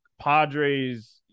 padres